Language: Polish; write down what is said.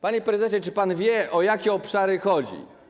Panie prezesie, czy pan wie, o jakie obszary chodzi?